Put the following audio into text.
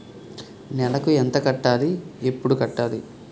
నెలకు ఎంత కట్టాలి? ఎప్పుడు కట్టాలి?